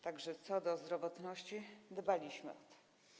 Tak że co do zdrowotności, dbaliśmy o to.